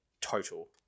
total